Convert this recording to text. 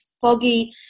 foggy